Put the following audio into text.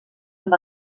amb